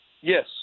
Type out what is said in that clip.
Yes